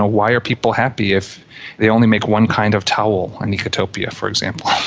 ah why are people happy if they only make one kind of towel in ecotpia, for example.